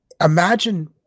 imagine